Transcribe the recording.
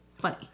funny